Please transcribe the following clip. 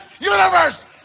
universe